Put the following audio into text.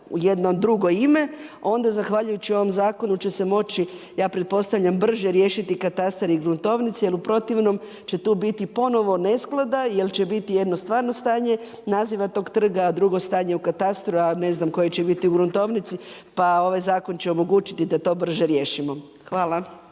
u jedno drugo ima onda zahvaljujući ovom zakonu će se moći ja pretpostavljam brže riješiti katastar i gruntovnica jer u protivnom će tu biti ponovo nesklada jer će biti stvarno stanje naziva tog trga, a drugo stanje u katastru, a ne znam koje će biti u gruntovnici pa ovaj zakon će omogućiti da to brže riješimo. Hvala.